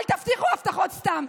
אל תבטיחו הבטחות סתם.